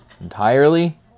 Entirely